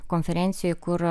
konferencijoj kur